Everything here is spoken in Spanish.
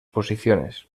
posiciones